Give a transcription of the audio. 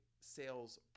sales